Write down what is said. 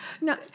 no